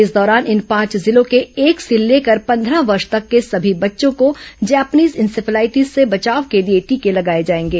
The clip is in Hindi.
इस दौरान इन पांच जिलों के एक से लेकर पंद्रह वर्ष तक के सभी बच्चों को जैपनीज इंसेफेलाइटिस से बचाव के लिए टीके लगाए जाएंगे